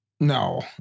No